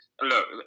Look